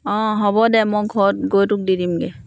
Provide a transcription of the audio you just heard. অঁ হ'ব দে মই ঘৰত গৈ তোক দি দিমগৈ